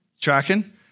Tracking